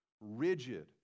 rigid